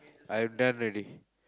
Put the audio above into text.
I'm done already